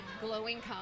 glowing